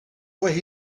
where